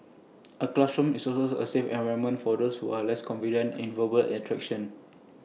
A classroom is also A safe environment for those who are less confident in verbal interactions